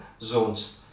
zones